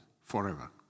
forever